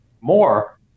more